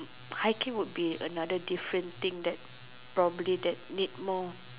hiking would be another different thing that probably that need more